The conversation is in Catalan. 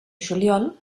juliol